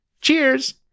Cheers